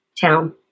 town